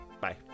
Bye